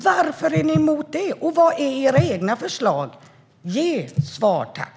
Varför är ni emot det, och vad är era egna förslag? Ge svar, tack!